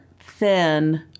thin